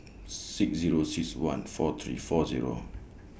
six Zero six one four three four Zero